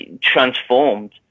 transformed